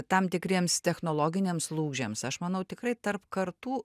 tam tikriems technologiniams lūžiams aš manau tikrai tarp kartų